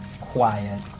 quiet